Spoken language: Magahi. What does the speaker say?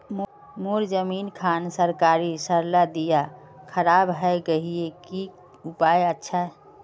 मोर जमीन खान सरकारी सरला दीया खराब है गहिये की उपाय अच्छा?